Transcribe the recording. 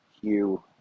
hue